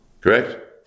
Correct